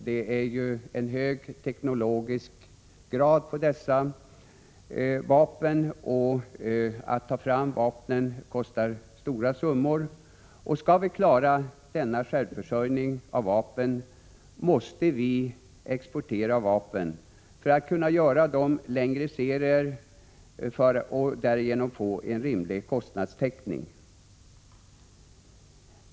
Det är en hög teknologisk nivå på dessa vapen, och att ta fram dem kostar stora summor. Skall vi klara denna självförsörjning måste vi exportera vapen för att kunna tillverka längre serier och därigenom få en rimlig kostnadstäckning.